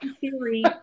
theory